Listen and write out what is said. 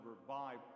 revive